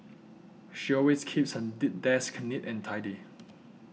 she always keeps her desk neat and tidy